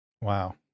Wow